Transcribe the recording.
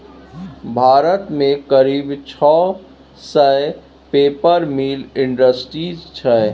भारत मे करीब छह सय पेपर मिल इंडस्ट्री छै